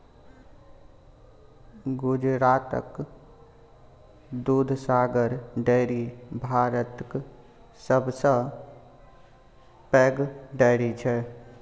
गुजरातक दुधसागर डेयरी भारतक सबसँ पैघ डेयरी छै